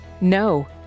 No